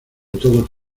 todos